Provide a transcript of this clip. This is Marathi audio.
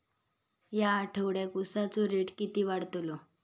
या आठवड्याक उसाचो रेट किती वाढतलो?